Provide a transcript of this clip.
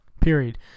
period